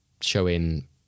showing